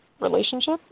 relationship